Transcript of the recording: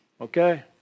Okay